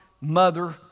mother